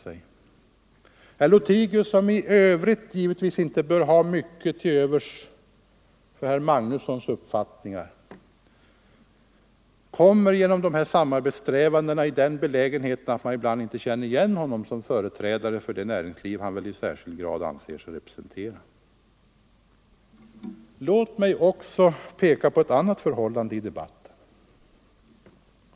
Herr Lothigius, som i övrigt inte bör ha mycket till övers för herr Magnussons uppfattningar, kommer genom dessa samarbetssträvanden i den belägenheten att man ibland inte känner igenom honom som företrädare för det näringsliv han väl i särskild grad anser sig representera. Låt mig också peka på ett annat förhållande i debatten.